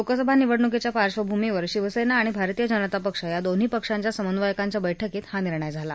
लोकसभा निवडणुकीच्या पार्श्वभूमीवर शिवसेना आणि भारतीय जनता पक्ष या दोन्ही पक्षांच्या समन्वयकांच्या बळकीत हा निर्णय झाला